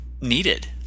needed